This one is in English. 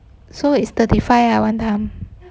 so is thirty five ah one time